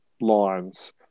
lines